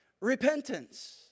repentance